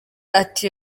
ati